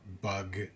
bug